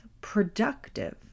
productive